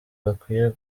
bakwiye